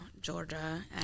Georgia